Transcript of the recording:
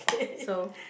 so